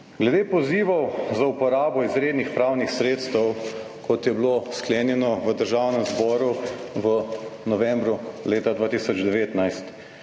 glede pozivov za uporabo izrednih pravnih sredstev, kot je bilo sklenjeno v Državnem zboru v novembru leta 2019.